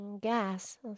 Gas